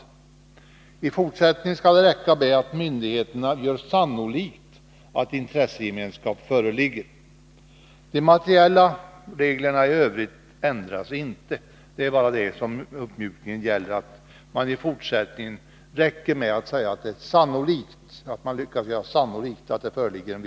Uppmjukningen innebär att det i fortsättningen skall räcka med att myndigheterna gör sannolikt att en intressegemenskap föreligger. De materiella reglerna i övrigt ändras inte. Värre än så är inte propositionen.